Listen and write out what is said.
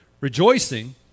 rejoicing